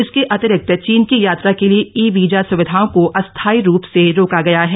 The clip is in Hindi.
इसके अतिरिक्त चीन की यात्रा के लिए ई वीजा सुविधाओं को अस्थायी रूप से रोका गया है